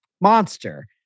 monster